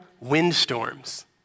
windstorms